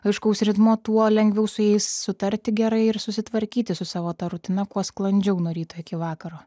aiškaus ritmo tuo lengviau su jais sutarti gerai ir susitvarkyti su savo ta rutina kuo sklandžiau nuo ryto iki vakaro